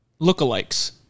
lookalikes